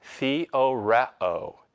theoreo